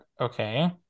Okay